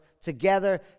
together